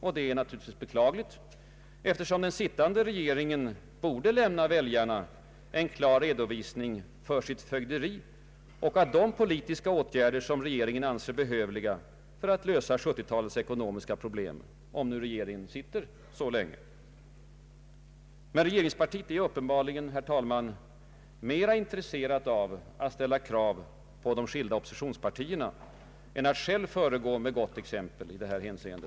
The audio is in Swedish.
Det är naturligtvis beklagligt, eftersom den sittande regeringen borde lämna väljarna en klar redovisning för sitt fögderi och av de politiska åtgärder som den anser behövliga för att lösa 1970-talets ekonomiska problem, om nu regeringen sitter så länge. Men regeringspartiet är uppenbarligen, herr talman, mera intresserat av att ställa krav på de skilda oppositionspartierna än att själva föregå med gott exempel i detta hänseende.